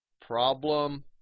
Problem